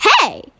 Hey